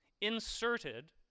inserted